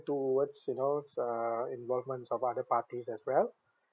towards you know it's uh involvements of other parties as well